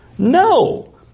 No